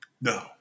No